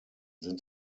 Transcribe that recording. sind